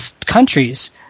countries